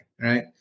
right